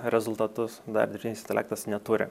rezultatus dar dirbtinis intelektas neturi